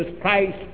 Christ